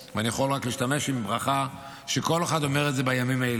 ואני יכול להשתמש בברכה שכל אחד אומר בימים האלה: